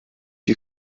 you